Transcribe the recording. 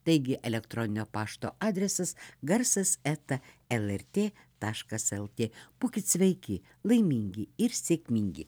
taigi elektroninio pašto adresas garsas eta el er tė taškas lt būkit sveiki laimingi ir sėkmingi